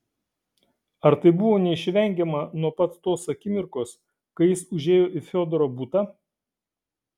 ar tai buvo neišvengiama nuo pat tos akimirkos kai jis užėjo į fiodoro butą